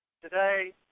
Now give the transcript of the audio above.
Today